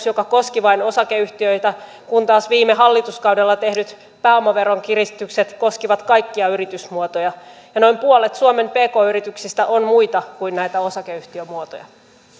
joka koski vain osakeyhtiöitä kun taas viime hallituskaudella tehdyt pääomaveron kiristykset koskivat kaikkia yritysmuotoja noin puolet suomen pk yrityksistä on muita kuin näitä osakeyhtiömuotoja